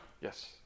Yes